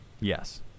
Yes